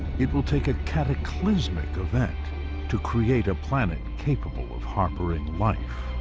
it will take a cataclysmic event to create a planet capable of harboring life.